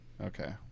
Okay